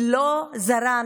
היא לא זרה,